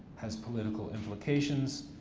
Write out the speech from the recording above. has political implications.